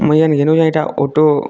ମୁଇଁ ଯାନି ଯାନୁ ଯେ ଏଇଟା ଅଟୋ